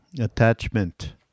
attachment